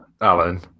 Alan